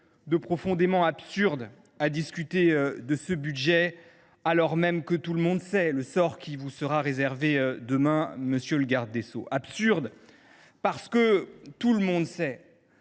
de profondément absurde à discuter de ce budget alors même que tout le monde sait le sort qui vous sera réservé demain, monsieur le garde des sceaux. On n’en sait